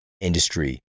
industry